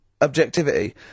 objectivity